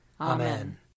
Amen